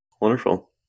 Wonderful